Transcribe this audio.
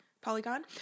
polygon